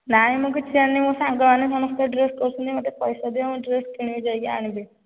ନାଇଁ ମୁଁ କିଛି ଜାଣିନି ମୋ ସାଙ୍ଗମାନେ ସମସ୍ତେ ଡ୍ରେସ୍ କରୁଛନ୍ତି ମୋତେ ପଇସା ଦିଅ ମୁଁ ଡ୍ରେସ୍ କିଣିବି ଯାଇକି ଆଣିବି